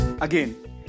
Again